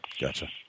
gotcha